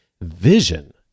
vision